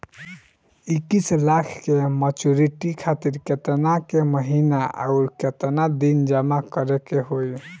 इक्कीस लाख के मचुरिती खातिर केतना के महीना आउरकेतना दिन जमा करे के होई?